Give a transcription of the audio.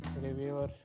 Reviewer